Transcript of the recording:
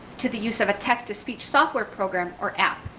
to the use of a text to speech software, program or app,